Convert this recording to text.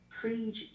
preach